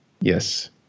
yes